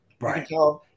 Right